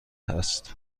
است